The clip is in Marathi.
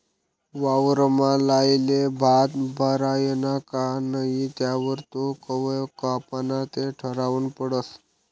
वावरमा लायेल भात भरायना का नही त्यावर तो कवय कापाना ते ठरावनं पडस